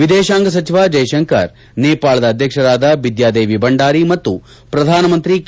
ವಿದೇಶಾಂಗ ಸಚಿವ ಜಯಶಂಕರ್ ನೇಪಾಳದ ಅಧ್ಯಕ್ಷರಾದ ಬಿದ್ವಾದೇವಿ ಬಂಡಾರಿ ಮತ್ತು ಪ್ರಧಾನಮಂತಿ ಕೆ